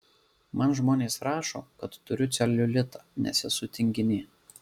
man žmonės rašo kad turiu celiulitą nes esu tinginė